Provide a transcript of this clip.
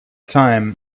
time